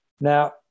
Now